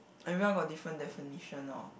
everyone got different definition lor